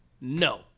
No